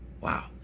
Wow